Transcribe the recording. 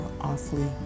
awfully